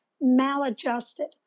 maladjusted